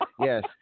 Yes